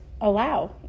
Allow